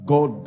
God